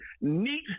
neat